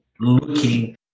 Looking